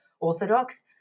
Orthodox